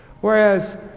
Whereas